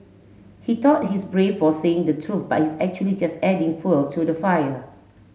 he tout he's brave for saying the truth but he's actually just adding fuel to the fire